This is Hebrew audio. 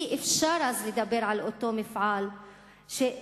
אי-אפשר אז לדבר על אותו מפעל בריוני.